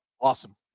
awesome